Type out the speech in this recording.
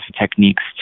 techniques